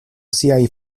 siaj